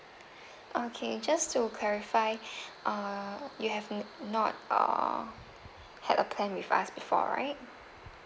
okay just to clarify uh you have n~ not uh had a plan with us before right